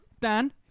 Dan